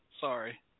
Sorry